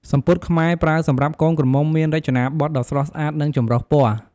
សំពត់ខ្មែរប្រើសម្រាប់កូនក្រមុំមានរចនាបថដ៏ស្រស់ស្អាតនិងចម្រុះពណ៌។